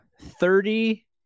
Thirty